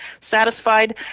satisfied